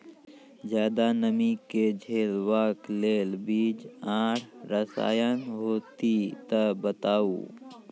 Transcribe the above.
ज्यादा नमी के झेलवाक लेल बीज आर रसायन होति तऽ बताऊ?